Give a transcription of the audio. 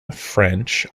french